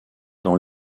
dans